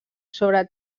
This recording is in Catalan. sobre